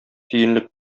тиенлек